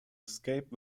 escape